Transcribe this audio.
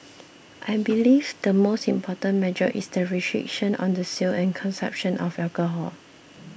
I believe the most important measure is the restriction on the sale and consumption of alcohol